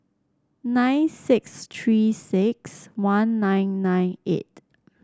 nine six Three six one nine nine eight